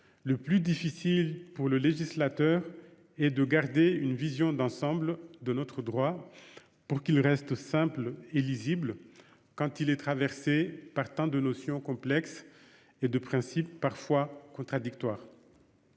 le plus difficile pour le législateur est de garder une vision d'ensemble de notre droit, afin qu'il reste simple et lisible, alors même qu'il est traversé par nombre de notions complexes et de principes parfois contradictoires.